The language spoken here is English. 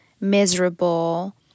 miserable